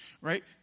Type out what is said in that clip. right